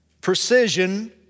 precision